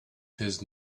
his